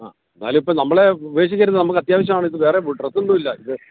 ആ എന്തായാലും ഇപ്പം നമ്മളെ ഉപേക്ഷിക്കരുത് നമുക്ക് അത്യാവശ്യം ആണ് ഇത് വേറേ ഡ്രസ്സ് ഒന്നും ഇല്ല ഇത്